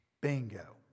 Bingo